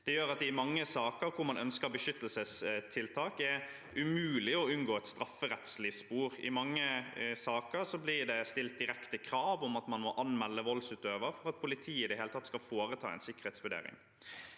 Det gjør at det i mange saker hvor man ønsker beskyttelsestiltak, er umulig å unngå et strafferettslig spor. I mange saker blir det stilt direkte krav om at man må anmelde voldsutøver for at politiet i det hele tatt skal foreta en sikkerhetsvurdering.